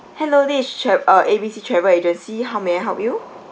hello this is tr~ uh A B C travel agency how may I help you